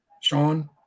sean